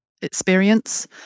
experience